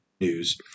news